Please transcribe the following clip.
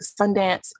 Sundance